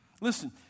Listen